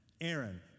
Aaron